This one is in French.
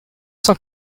cent